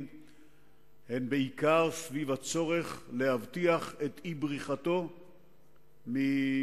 הן בעיקר סביב הצורך להבטיח את אי-בריחתם מבתי-הסוהר.